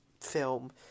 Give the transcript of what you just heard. film